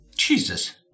Jesus